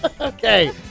Okay